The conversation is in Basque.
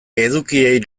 edukiei